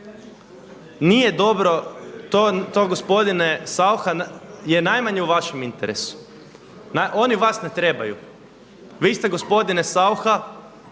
nije dobro to gospodine Saucha je najmanje u vašem interesu. Oni vas ne trebaju. Vi ste gospodine Saucha